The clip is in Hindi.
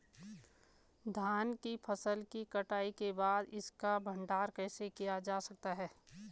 धान की फसल की कटाई के बाद इसका भंडारण कैसे किया जा सकता है?